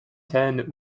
ten